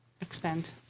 expand